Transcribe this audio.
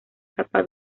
tapa